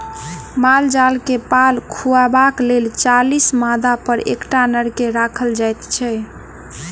माल जाल के पाल खुअयबाक लेल चालीस मादापर एकटा नर के राखल जाइत छै